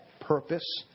purpose